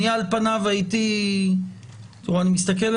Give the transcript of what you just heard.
אני מסתכל,